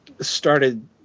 started